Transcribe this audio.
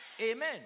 Amen